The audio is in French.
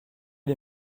les